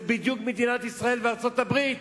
זה בדיוק מדינת ישראל וארצות-הברית.